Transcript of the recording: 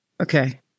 Okay